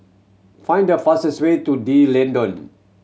find the fastest way to D'Leedon